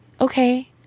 Okay